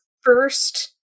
first